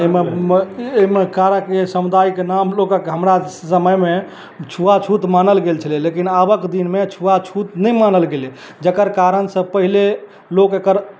अइमे अइमे कारक समुदायके नाम लोकक हमरा समयमे छुआछूत मानल गेल छलै लेकिन आबक दिनमे छुआछूत नहि मानल गेलय जकर कारणसँ पहिले लोक एकर